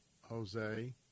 Jose